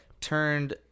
turned